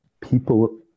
people